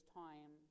time